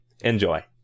Enjoy